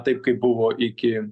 taip kaip buvo iki